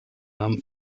nahm